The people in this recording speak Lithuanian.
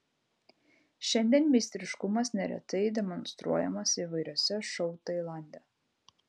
šiandien meistriškumas neretai demonstruojamas įvairiuose šou tailande